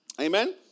Amen